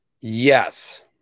Yes